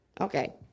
Okay